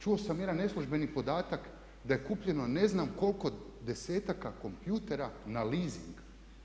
Čuo sam jedan neslužbeni podatak da je kupljeno ne znam koliko desetaka kompjutera na leasing.